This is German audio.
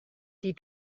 die